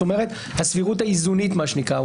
זאת אומרת, הסבירות האיזונית, מה שנקרא.